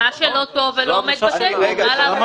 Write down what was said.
מה שלא טוב ולא עומד בתקן, מה לעשות?